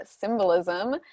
symbolism